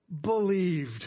believed